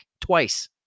twice